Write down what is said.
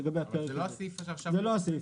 זה לא הסעיף הזה.